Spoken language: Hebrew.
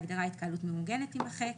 ההגדרה "התקהלות מאורגנת" תימחק,